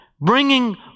bringing